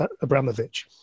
Abramovich